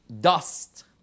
Dust